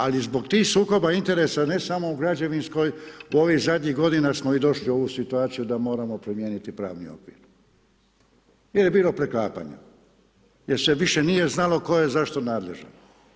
Ali zbog tih sukoba interesa ne samo u građevinskoj, u ovih zadnjih godina smo i došli u ovu situaciju da moramo promijeniti pravni okvir jer je bilo preklapanja, jer se više nije znalo tko je zašto nadležan.